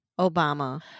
Obama